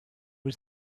was